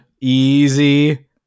easy